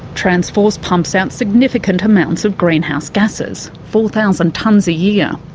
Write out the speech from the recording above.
transforce pumps out significant amounts of greenhouse gases four thousand tonnes a yeah